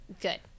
Good